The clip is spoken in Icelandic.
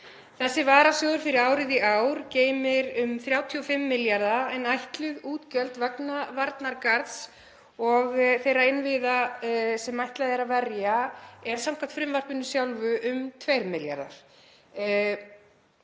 Þessi varasjóður fyrir árið í ár geymir um 35 milljarða en ætluð útgjöld vegna varnargarðs og þeirra innviða sem ætlað er að verja eru samkvæmt frumvarpinu sjálfu um 2 milljarðar.